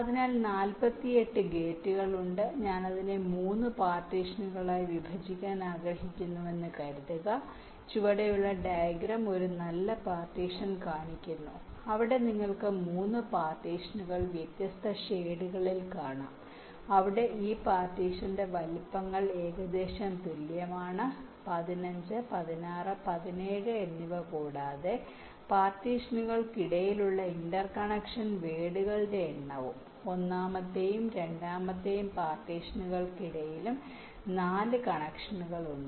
അതിനാൽ 48 ഗേറ്റുകളുണ്ട് ഞാൻ അതിനെ 3 പാർട്ടീഷനുകളായി വിഭജിക്കാൻ ആഗ്രഹിക്കുന്നുവെന്ന് കരുതുക ചുവടെയുള്ള ഡയഗ്രം ഒരു നല്ല പാർട്ടീഷൻ കാണിക്കുന്നു അവിടെ നിങ്ങൾക്ക് 3 പാർട്ടീഷനുകൾ വ്യത്യസ്ത ഷേഡുകളിൽ കാണാം അവിടെ ഈ പാർട്ടീഷന്റെ വലുപ്പങ്ങൾ ഏകദേശം തുല്യമാണ് 15 16 17 എന്നിവ കൂടാതെ പാർട്ടീഷനുകൾക്കിടയിലുള്ള ഇന്റർകണക്ഷൻ വേർഡുകളുടെ എണ്ണവും ഒന്നാമത്തെയും രണ്ടാമത്തെയും പാർട്ടീഷനുകൾക്കിടയിലും 4 കണക്ഷനുകൾ ഉണ്ട്